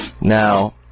Now